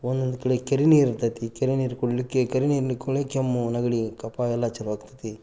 ಒಂದೊಂದು ಕಡೆ ಕೆರೆ ನೀರು ಇರ್ತದೆ ಕೆರೆ ನೀರು ಕುಡೀಲಿಕ್ಕೆ ಕೆರೆ ನೀರನ್ನು ಕುಡಿದ್ರೆ ಕೆಮ್ಮು ನೆಗಡಿ ಕಫ ಎಲ್ಲ ಚಾಲೂ ಆಕ್ಕತಿ